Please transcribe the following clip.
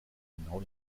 genau